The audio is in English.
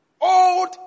Old